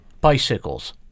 bicycles